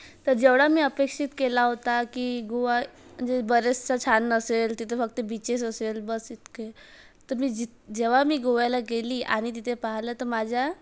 तर जेवढं मी अपेक्षित केलं होतं की गोवा बरंचसं छान नसेल तिथं फक्त बीचेस असेल बस इतके तर मी जी जेव्हा मी गोव्याला गेली आणि तिथे पाहिलं तर माझ्या